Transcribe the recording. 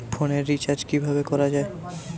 ফোনের রিচার্জ কিভাবে করা যায়?